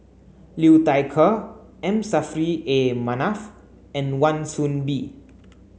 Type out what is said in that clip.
Liu Thai Ker M Saffri A Manaf and Wan Soon Bee